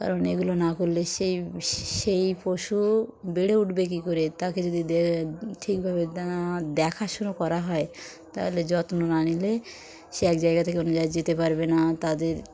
কারণ এগুলো না করলে সেই সেই পশু বেড়ে উঠবে কী করে তাকে যদি ঠিকভাবে দেখাশুনো করা হয় তাহলে যত্ন না নিলে সে এক জায়গা থেকে অন্য যায়গায় যেতে পারবে না তাদের